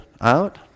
out